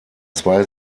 zwei